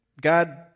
God